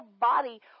body